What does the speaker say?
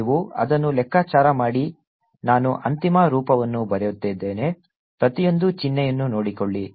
ನೀವು ಅದನ್ನು ಲೆಕ್ಕಾಚಾರ ಮಾಡಿ ನಾನು ಅಂತಿಮ ರೂಪವನ್ನು ಬರೆಯುತ್ತಿದ್ದೇನೆ ಪ್ರತಿಯೊಂದು ಚಿಹ್ನೆಯನ್ನು ನೋಡಿಕೊಳ್ಳಿ